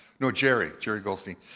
no, jerry, jerry goldstein.